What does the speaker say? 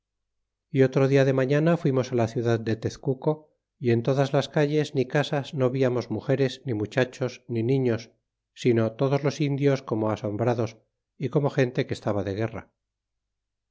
y otro dia de mañana fuimos la ciudad de tezcuto y en todas las calles ni casas no viamos mugeres ni muchachos ni niños sino todos los indios como asombrados y como gente que estaba de guerra